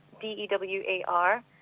D-E-W-A-R